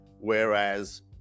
Whereas